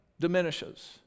Diminishes